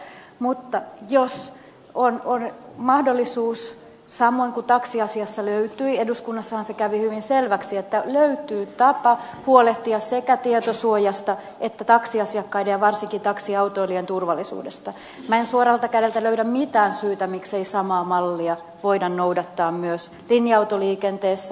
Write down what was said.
mutta jos on mahdollisuus että samoin kuin taksiasiassa eduskunnassahan se kävi hyvin selväksi löytyy tapa huolehtia sekä tietosuojasta että taksiasiakkaiden ja varsinkin taksiautoilijan turvallisuudesta niin minä en suoralta kädeltä löydä mitään syytä miksei samaa mallia voida noudattaa myös linja autoliikenteessä